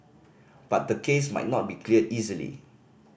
but the case might not be cleared easily